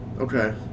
Okay